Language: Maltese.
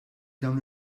dawn